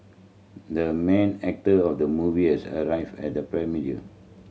the main actor of the movie has arrived at the premiere